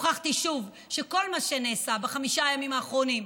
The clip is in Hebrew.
הוכחתי שוב שכל מה שנעשה בחמשת הימים האחרונים,